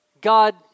God